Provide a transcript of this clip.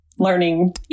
learning